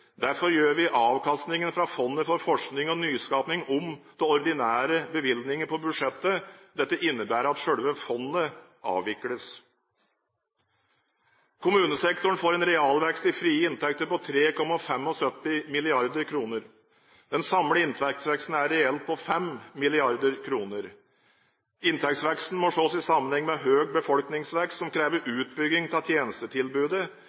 Derfor gjør vi avkastningen fra Fondet for forskning og nyskaping om til ordinære bevilgninger på budsjettet. Dette innebærer at selve fondet avvikles. Kommunesektoren får en realvekst i frie inntekter på 3,75 mrd. kr. Den samlede inntektsveksten er reelt på 5 mrd. kr. Inntektsveksten må ses i sammenheng med høy befolkningsvekst som krever utbygging av tjenestetilbudet.